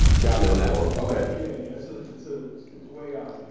got me on that one, okay. it's ah it's ah way out